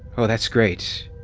oh, that's great.